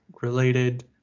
related